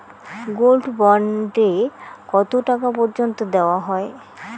Gold bond এ কতো টাকা পর্যন্ত দেওয়া হয়?